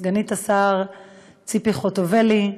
סגנית השר ציפי חוטובלי,